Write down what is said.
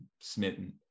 smitten